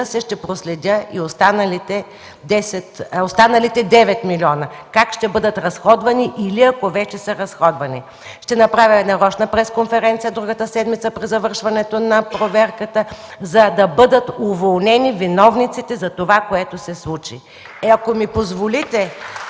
се, ще проследя и останалите 9 милиона как ще бъдат разходвани или ако вече са разходвани. Ще направя нарочна пресконференция другата седмица при завършването на проверката, за да бъдат уволнени виновниците за това, което се случи. (Ръкопляскания